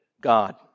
God